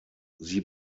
sie